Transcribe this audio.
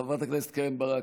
חברת הכנסת קרן ברק,